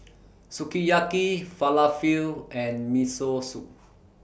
Sukiyaki Falafel and Miso Soup